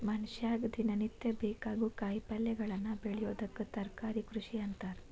ಮನಷ್ಯಾಗ ದಿನನಿತ್ಯ ಬೇಕಾಗೋ ಕಾಯಿಪಲ್ಯಗಳನ್ನ ಬೆಳಿಯೋದಕ್ಕ ತರಕಾರಿ ಕೃಷಿ ಅಂತಾರ